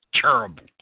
terrible